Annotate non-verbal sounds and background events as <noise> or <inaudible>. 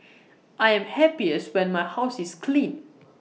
<noise> I am happiest when my house is clean